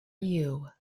you